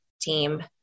team